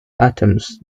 atoms